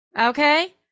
Okay